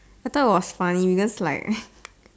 I thought it was funny because like